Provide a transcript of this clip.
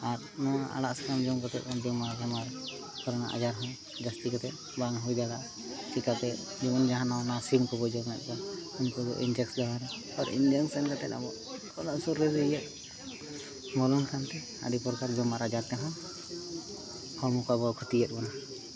ᱟᱨ ᱚᱱᱟ ᱟᱲᱟᱜ ᱥᱟᱠᱟᱢ ᱡᱚᱢ ᱠᱟᱛᱮᱫ ᱟᱡᱟᱨ ᱦᱚᱸ ᱡᱟᱹᱥᱛᱤ ᱠᱟᱛᱮᱫ ᱵᱟᱝ ᱦᱩᱭ ᱫᱟᱲᱮᱭᱟᱜᱼᱟ ᱪᱤᱠᱟᱹ ᱛᱮ ᱫᱤᱱᱟᱹᱢ ᱜᱮ ᱦᱟᱱᱟ ᱱᱚᱣᱟ ᱥᱤᱢ ᱠᱚᱠᱚ ᱡᱚᱢᱮᱫ ᱠᱚᱣᱟ ᱩᱱᱠᱩ ᱫᱚ ᱤᱱᱡᱮᱠᱥᱮᱱ ᱟᱨ ᱤᱱᱡᱮᱠᱥᱮᱱ ᱠᱟᱛᱮᱫ ᱟᱹᱰᱤ ᱯᱨᱚᱠᱟᱨ ᱨᱳᱜᱽ ᱟᱡᱟᱨ ᱛᱮᱦᱚᱸ ᱦᱚᱲᱢᱚ ᱠᱚ ᱟᱵᱚᱣᱟᱜ ᱠᱷᱚᱛᱤᱭᱮᱫ ᱵᱚᱱᱟ